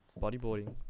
bodyboarding